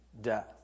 death